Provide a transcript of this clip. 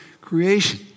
creation